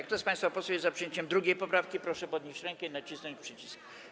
Kto z państwa posłów jest za przyjęciem 2. poprawki, proszę podnieść rękę i nacisnąć przycisk.